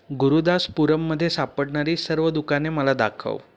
गुरुदासपूरमध्ये सापडणारी सर्व दुकाने मला दाखव